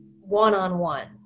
one-on-one